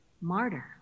martyr